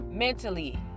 Mentally